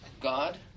God